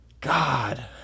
God